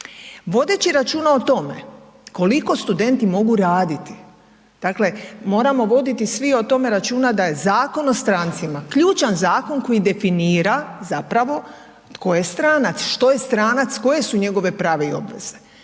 Vodeći računa o tome koliko studenti mogu raditi, dakle moramo voditi svi o tome računa da je Zakon o strancima ključan zakon koji definira zapravo tko je stranac, što je stranac, koje su njegove prave i obveze,